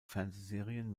fernsehserien